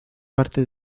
parte